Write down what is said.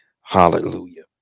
Hallelujah